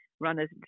runners